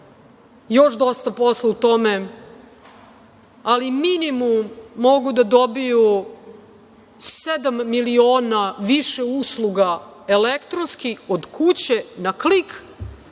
još dosta posla u tome, ali minimum mogu da dobiju sedam miliona više usluga elektronski od kuće, na klik,